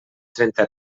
trenta